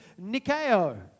Nikeo